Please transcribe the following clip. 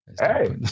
Hey